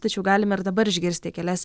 tačiau galim ir dabar išgirsti kelias